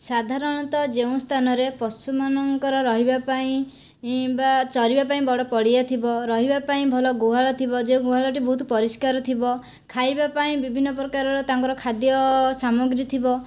ସାଧାରଣତଃ ଯେଉଁ ସ୍ଥାନରେ ପଶୁ ମାନଙ୍କର ରହିବା ପାଇଁ ବା ଚରିବା ପାଇଁ ବଡ଼ ପଡିଆ ଥିବ ରହିବା ପାଇଁ ଭଲ ଗୁହାଳ ଥିବ ଯେ ଗୁହାଳଟି ବହୁତ ପରିଷ୍କାର ଥିବ ଖାଇବା ପାଇଁ ବିଭିନ୍ନ ପ୍ରକାର ତାଙ୍କର ଖାଦ୍ୟ ସାମଗ୍ରୀ ଥିବ